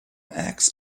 eggs